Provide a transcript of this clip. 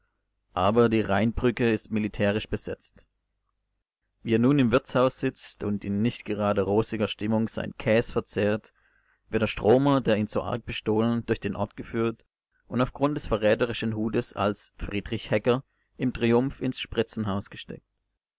aber die rheinbrücke ist militärisch besetzt wie er nun im wirtshaus sitzt und in nicht gerade rosiger stimmung seinen käs verzehrt wird der stromer der ihn so arg bestohlen durch den ort geführt und auf grund des verräterischen hutes als friedrich hecker im triumph ins spritzenhaus gesteckt